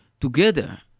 together